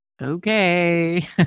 Okay